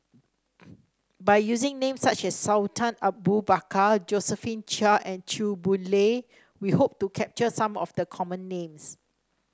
by using names such as Sultan Abu Bakar Josephine Chia and Chew Boon Lay we hope to capture some of the common names